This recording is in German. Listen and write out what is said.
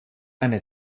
eine